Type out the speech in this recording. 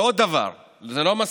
ועוד דבר, זה לא מספיק.